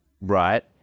right